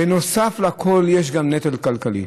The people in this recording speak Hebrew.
בנוסף לכול, יש גם נטל כלכלי.